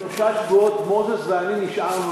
לפני שלושה שבועות מוזס ואני נשארנו